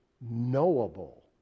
knowable